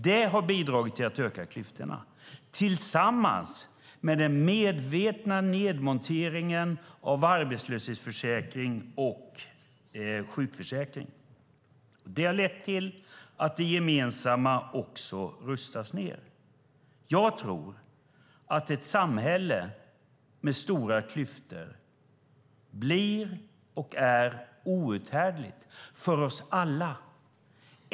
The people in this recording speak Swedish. Det har bidragit till att öka klyftorna tillsammans med den medvetna nedmonteringen av arbetslöshetsförsäkringen och sjukförsäkringen. Det har lett till att det gemensamma också rustas ned. Jag tror att ett samhälle med stora klyftor är och blir outhärdligt för oss alla.